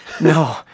No